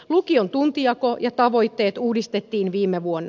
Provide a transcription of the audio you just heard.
lukion tuntijako ja tavoitteet uudistettiin viime vuonna